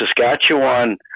Saskatchewan